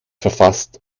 verfasst